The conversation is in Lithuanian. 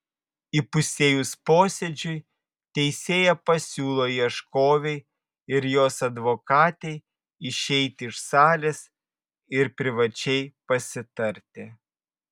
įpusėjus posėdžiui teisėja pasiūlo ieškovei ir jos advokatei išeiti iš salės ir privačiai pasitarti